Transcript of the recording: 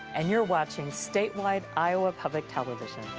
and you're watching statewide iowa public television